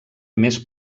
més